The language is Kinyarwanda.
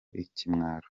ikimwaro